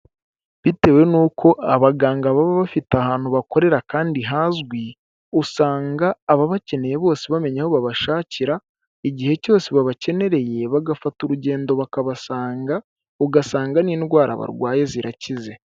Bitewe nuko abaganga baba bafite ahantu bakorera kandi hazwi, usanga ababakeneye bose bamenya aho babashakira, igihe cyose babakeneyereye bagafata urugendo bakabasanga ugasanga n'indwara barwaye zirakize.